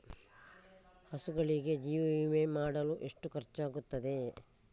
ಹಸುಗಳಿಗೆ ಜೀವ ವಿಮೆ ಮಾಡಲು ಎಷ್ಟು ಖರ್ಚಾಗುತ್ತದೆ?